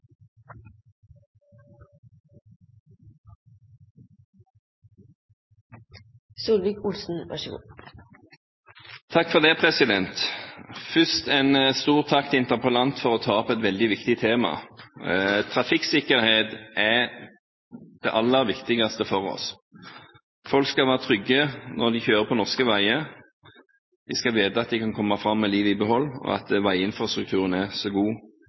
det aller viktigste for oss. Folk skal være trygge når de kjører på norske veier, de skal vite at de kan komme fram med livet i behold, og at veiinfrastrukturen er så god